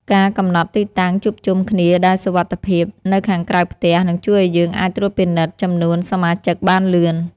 ការកំណត់ទីតាំងជួបជុំគ្នាដែលសុវត្ថិភាពនៅខាងក្រៅផ្ទះនឹងជួយឱ្យយើងអាចត្រួតពិនិត្យចំនួនសមាជិកបានលឿន។